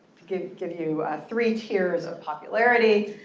to give give you three tiers of popularity.